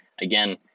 again